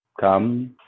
come